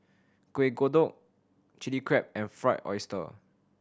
Kueh Kodok Chili Crab and Fried Oyster